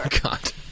God